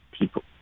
people